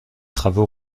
travaux